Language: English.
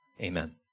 Amen